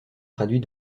traduit